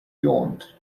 yawned